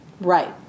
Right